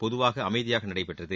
பொதுவாக அமைதியாக நடைபெற்றது